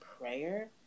prayer